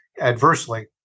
adversely